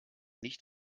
nicht